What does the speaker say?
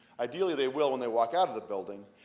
ideally, they will when they walk out of the building,